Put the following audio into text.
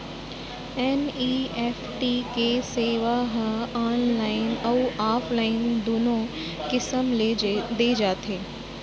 NEFT के सेवा ह ऑनलाइन अउ ऑफलाइन दूनो किसम ले दे जाथे